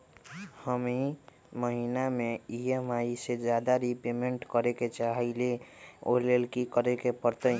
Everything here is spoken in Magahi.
हम ई महिना में ई.एम.आई से ज्यादा रीपेमेंट करे के चाहईले ओ लेल की करे के परतई?